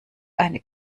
eine